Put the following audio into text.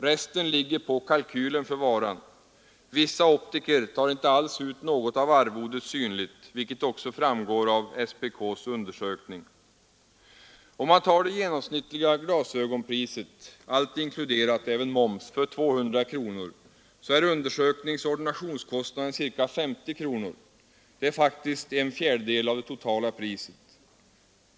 Resten ligger på kalkylen för varan. Vissa optiker tar inte alls ut något av arvodet synligt — vilket också framgår av SPK:s undersökning. Om man tar upp det genomsnittliga glasögonpriset — allt inkluderat, även momsen — till 200 kronor, är undersökningsoch ordinationskostnaden ca 50 kronor. Det är faktiskt en fjärdedel av det totala priset.